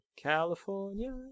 California